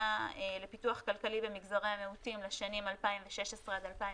לפיתוח כלכלי במגזרי המיעוטים לשנים 2016 עד 2020,